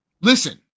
listen